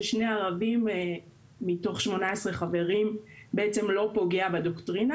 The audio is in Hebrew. שני ערבים מתוך 18 חברים בעצם לא פוגע בדוקטרינה.